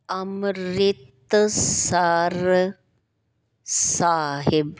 Amritsar Sahib